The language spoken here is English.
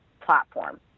platform